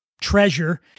treasure